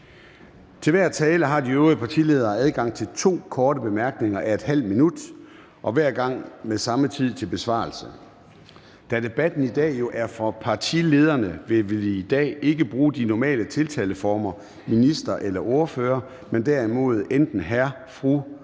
Til hver tale har de øvrige partiledere adgang til to korte bemærkninger a ½ minut, og hver gang med samme tid til besvarelse. Da debatten i dag jo er for partilederne, vil vi ikke bruge de normale tiltaleformer, minister eller ordfører, men derimod enten hr. eller